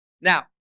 Now